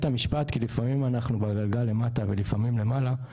המשפט כי לפעמים אנחנו בגלגל למטה ולפעמים למעלה,